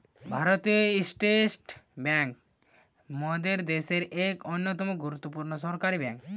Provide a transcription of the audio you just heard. ভারতীয় state bank মোদের দ্যাশের এক অন্যতম গুরুত্বপূর্ণ সরকারি বেঙ্ক